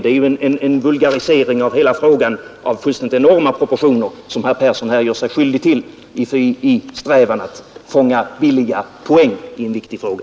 Det är en vulgarisering av fullständigt enorma proportioner som herr Persson här gör sig skyldig till i en strävan att fånga billiga poäng i en viktig fråga.